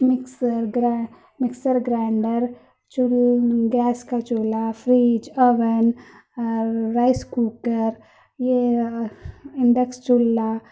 mixer mixer grinder gas کا چولہا fridge oven rice cooker یہ انڈکیس چولہا